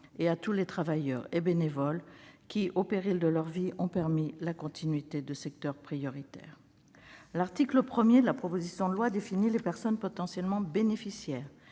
et à tous les travailleurs et bénévoles, qui, au péril de leur vie, ont permis la continuité de secteurs prioritaires. L'article 1 de la proposition de loi définit les personnes potentiellement bénéficiaires.